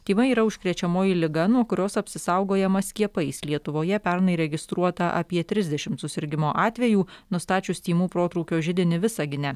tymai yra užkrečiamoji liga nuo kurios apsisaugojama skiepais lietuvoje pernai registruota apie trisdešimt susirgimo atvejų nustačius tymų protrūkio židinį visagine